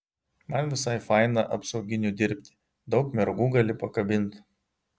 man visai faina apsauginiu dirbti daug mergų gali pakabint